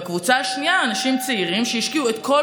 בקבוצה השנייה אנשים צעירים שהשקיעו את כל